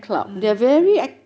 mm mm